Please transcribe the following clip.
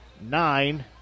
nine